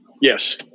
Yes